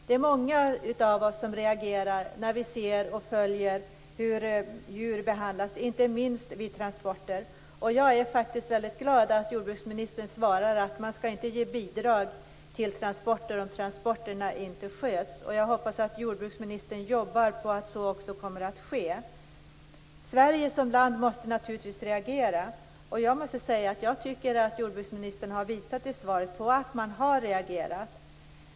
Det är många av oss som reagerar när vi ser och följer hur djur behandlas, inte minst vid transporter. Jag är faktiskt glad att jordbruksministern svarar att man inte skall ge bidrag till transporter om de inte sköts. Jag hoppas att jordbruksministern jobbar på att så också kommer att ske. Sverige som land måste naturligtvis reagera. Jag tycker att jordbruksministern i svaret har visat att man reagerar.